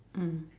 mm